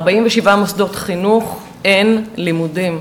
ב-47 מוסדות חינוך אין לימודים.